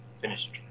finished